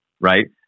Right